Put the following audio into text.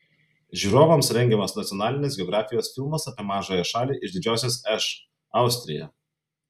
žiūrovams rengiamas nacionalinės geografijos filmas apie mažąją šalį iš didžiosios š austriją